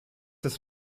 des